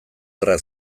gerra